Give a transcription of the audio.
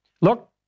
look